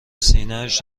سینهاش